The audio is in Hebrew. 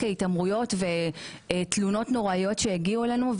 כהתעמרויות ותלונות נוראיות שהגיעו אלינו,